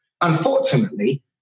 Unfortunately